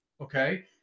Okay